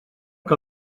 que